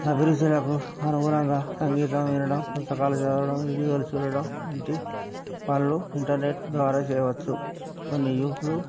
అభిరుచులకు అనుగుణంగా సంగీతం వినడం పుస్తకాలు చదవడం వీడియోలు చూడడం వంటి వాళ్ళు ఇంటర్నెట్ ద్వారా చేయవచ్చు కొన్ని యూట్యూబ్లు